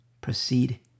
proceed